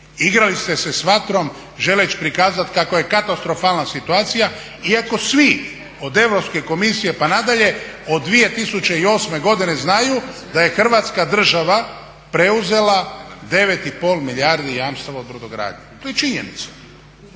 Igrali ste se s vatrom želeći prikazati kako je katastrofalna situacija iako svi od Europske komisije pa nadalje od 2008.godine znaju da je Hrvatska država preuzela 9,5 milijardi jamstava od brodogradnje. To je činjenica